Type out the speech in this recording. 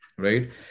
Right